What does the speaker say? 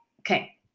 Okay